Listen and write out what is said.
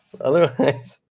Otherwise